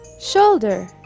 Shoulder